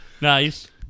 nice